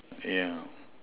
yeah